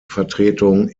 vertretung